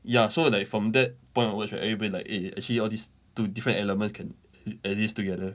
ya so like from that point onwards right everybody like eh actually you all these two different elements can exist together